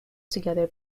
together